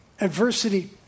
Adversity